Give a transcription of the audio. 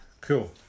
Cool